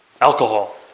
alcohol